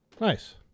Nice